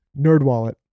NerdWallet